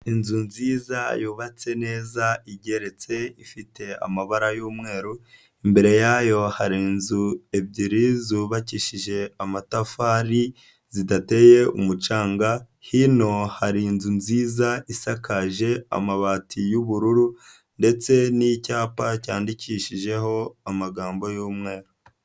Inzu nziza yubatse neza igeretse ifite amabara y'umweru, imbere yayo hari inzu ebyiri zubakishije amatafari zidateye umucanga, hino hari inzu nziza isakaje amabati y'ubururu ndetse n'icyapa cyandikishijeho amagambo y'mweru.